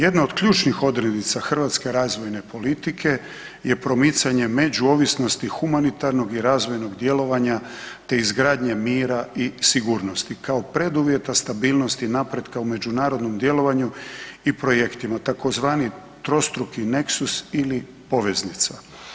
Jedna od ključnih odrednica hrvatske razvojne politike je promicanje međuovisnosti humanitarnog i razvojnog djelovanja, te izgradnje mira i sigurnosti kao preduvjeta stabilnosti, napretka u međunarodnom djelovanju i projektima tzv. trostruki neksus ili poveznica.